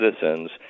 citizens